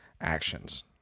actions